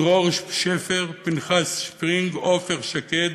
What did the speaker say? דרור שפר, פנחס שפרינג, עופר שקד,